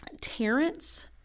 Terrence